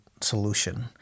solution